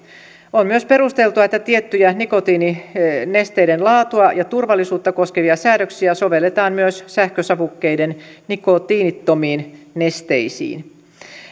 on myös perusteltua että tiettyjä nikotiininesteiden laatua ja turvallisuutta koskevia säädöksiä sovelletaan myös sähkösavukkeiden nikotiinittomiin nesteisiin